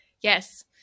Yes